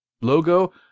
logo